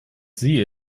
sie